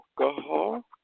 alcohol